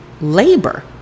labor